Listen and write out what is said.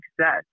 success